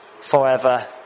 forever